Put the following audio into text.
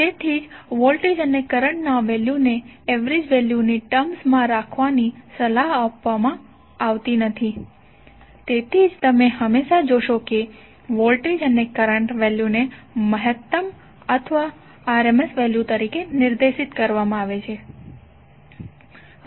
તેથી જ વોલ્ટેજ અને કરંટના વેલ્યુને એવરેજ વેલ્યુની ટર્મ્સ માં રાખવાની સલાહ આપવામાં આવતી નથી તેથી જ તમે હંમેશા જોશો કે વોલ્ટેજ અને કરંટ વેલ્યુને મહત્તમ અથવા RMS વેલ્યુ તરીકે નિર્દેશિત કરવામાં આવશે